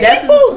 People